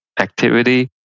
activity